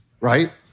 right